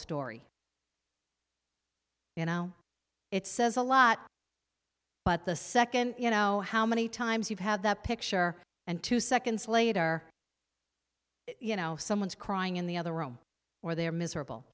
story you know it says a lot but the second you know how many times you've had that picture and two seconds later you know someone's crying in the other room or they're